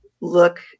look